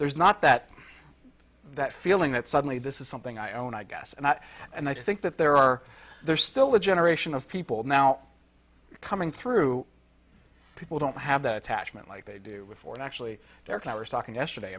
there's not that that feeling that suddenly this is something i own i guess and i and i think that there are there's still a generation of people now coming through people don't have that attachment like they do before and actually their cars talking yesterday